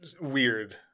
weird